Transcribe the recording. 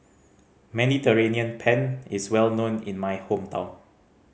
Mediterranean Penne is well known in my hometown